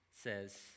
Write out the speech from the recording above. says